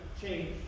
change